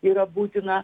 yra būtina